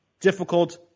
difficult